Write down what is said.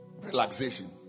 relaxation